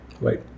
Right